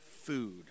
food